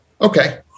Okay